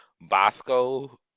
bosco